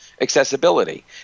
accessibility